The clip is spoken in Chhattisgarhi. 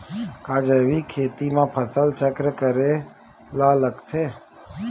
का जैविक खेती म फसल चक्र करे ल लगथे?